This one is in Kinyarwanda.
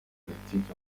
politiki